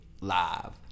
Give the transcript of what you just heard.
live